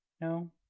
No